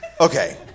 Okay